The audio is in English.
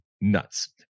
nuts